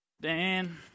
Dan